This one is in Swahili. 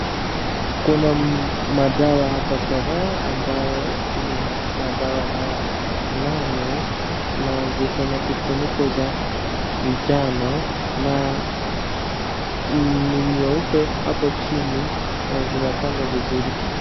Kuna madawa hapa kadhaa ambayo ni madawa manane na ziko na kifuniko za njano na ni nyeupe hapo chini na zinapangwa vizuri.